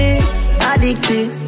Addicted